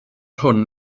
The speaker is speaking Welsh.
hwn